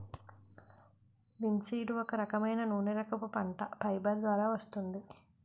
linseed ఒక రకమైన నూనెరకపు పంట, ఫైబర్ ద్వారా వస్తుంది